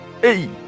hey